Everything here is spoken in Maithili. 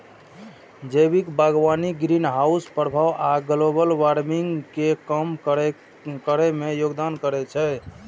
जैविक बागवानी ग्रीनहाउस प्रभाव आ ग्लोबल वार्मिंग कें कम करै मे योगदान करै छै